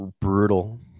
brutal